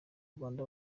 rwanda